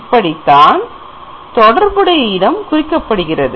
இப்படித்தான் தொடர்புடைய இடம் குறிக்கப்படுகிறது